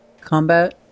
combat